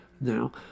now